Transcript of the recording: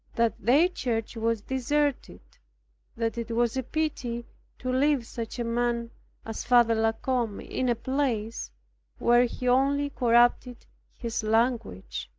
that their church was deserted that it was a pity to leave such a man as father la combe in a place where he only corrupted his language.